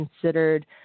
considered